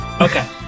Okay